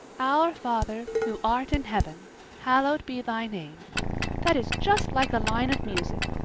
our father who art in heaven hallowed be thy name that is just like a line of music.